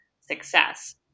success